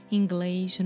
inglês